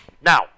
Now